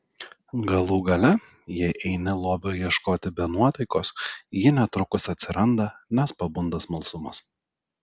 galų gale jei eini lobio ieškoti be nuotaikos ji netrukus atsiranda nes pabunda smalsumas